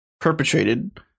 perpetrated